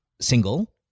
single